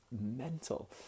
mental